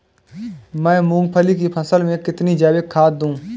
मैं मूंगफली की फसल में कितनी जैविक खाद दूं?